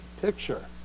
picture